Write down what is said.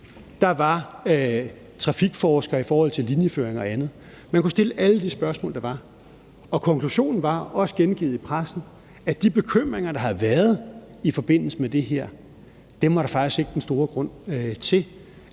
der var trafikforskere i forhold til linjeføring og andet. Man kunne stille alle de spørgsmål, der var, og konklusionen var, også gengivet i pressen, at de bekymringer, der har været i forbindelse med det her, var der faktisk ikke den store grund til